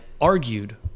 argued